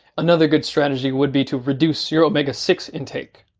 another good strategy would be to reduce your omega six intake.